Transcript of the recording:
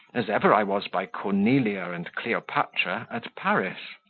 as ever i was by cornelia and cleopatra at paris.